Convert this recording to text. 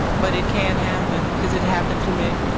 but it can happen cause it happened to me